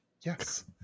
yes